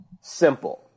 simple